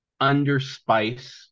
underspice